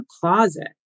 closet